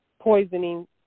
poisoning